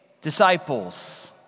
disciples